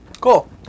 Cool